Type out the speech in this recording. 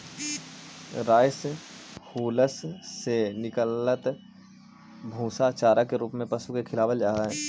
rice hulls से निकलल भूसा चारा के रूप में पशु के खिलावल जा हई